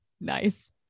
Nice